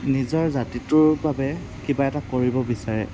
নিজৰ জাতিটোৰ বাবে কিবা এটা কৰিব বিচাৰে